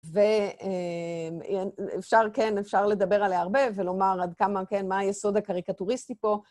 ואפשר, כן, אפשר לדבר עליה הרבה ולומר עד כמה, כן, מה היסוד הקריקטוריסטי פה.